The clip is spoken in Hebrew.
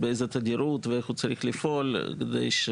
באיזו תדירות ואיך הוא צריך לפעול כדי